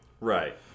Right